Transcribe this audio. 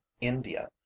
India